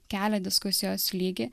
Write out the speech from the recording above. kelia diskusijos lygį